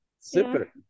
Super